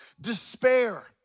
despair